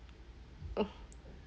uh